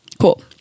Cool